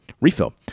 refill